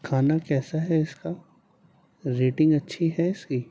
کھانا کیسا ہے اس کا ریٹنگ اچھی ہے اس کی